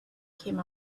came